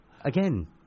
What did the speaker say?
Again